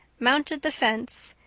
mounted the fence,